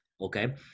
Okay